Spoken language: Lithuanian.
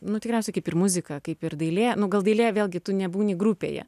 nu tikriausiai kaip ir muzika kaip ir dailė nu gal dailė vėl gi nebūni grupėje